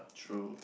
true